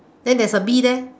then there's a bee there